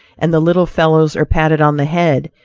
and the little fellows are patted on the head,